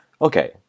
Okay